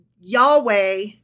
Yahweh